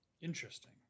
Interesting